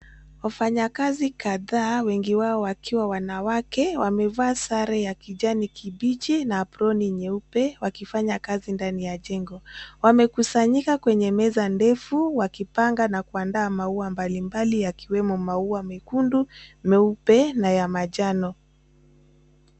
Wafanyikazi kadhaa, wengi wao wakiwa wanawake, wamevaa sare ya kijani kibichi na aproni nyeupe wakifanya kazi ndani ya jengo. Wamekusanyika kwenye meza ndefu wakipanga na kuandaa maua mbalimbali yakiwemo maua mekundu, meupe na ya manjano.